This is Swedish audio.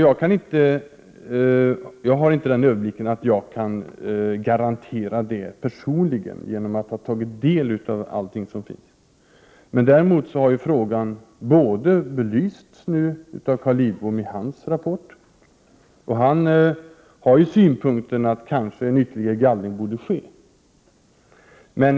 Jag har inte den överblicken att jag kan garantera det personligen, genom att ha tagit del av allting som finns. Däremot har frågan belysts av Carl Lidbom i hans rapport. Han har synpunkten att en ytterligare gallring kanske borde ske.